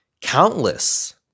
countless